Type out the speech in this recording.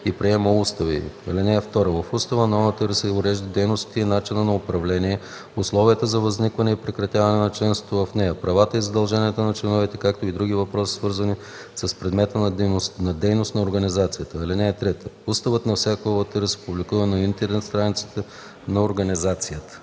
и приема устава й. (2) В устава на ОУТР се уреждат дейностите и начинът на управление, условията за възникване и прекратяване на членството в нея, правата и задълженията на членовете, както и други въпроси, свързани с предмета на дейност на организацията. (3) Уставът на всяка ОУТР се публикува на интернет страницата на организацията.”